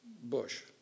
Bush